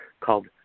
Called